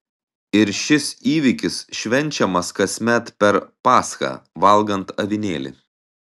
ir šis įvykis švenčiamas kasmet per paschą valgant avinėlį